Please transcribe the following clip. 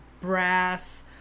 brass